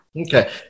okay